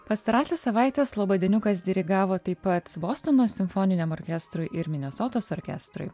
pastarąsias savaites labadieniukas dirigavo taip pat bostono simfoniniam orkestrui ir minesotos orkestrui